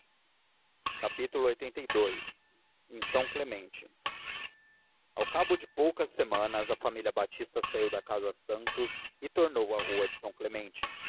e similares lxxxii em são clemente ao cabo de poucas semanas a família batista saiu da casa santos e tornou à rua de são clemente